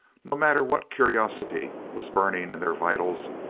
no matter what curiosity was burning in their vitals,